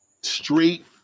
Straight